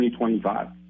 2025